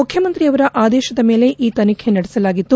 ಮುಖ್ಯಮಂತ್ರಿಯವರ ಆದೇತದ ಮೇಲೆ ಈ ತನಿಖೆ ನಡೆಸಲಾಗಿತ್ತು